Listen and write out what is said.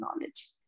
knowledge